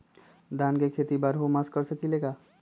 धान के खेती बारहों मास कर सकीले का?